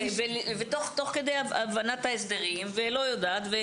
ותוך כדי הבנת ההסדרים ולא יודעת,